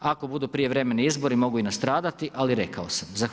Ako budu prijevremeni izbori, mogu i nastradati, ali rekao sam.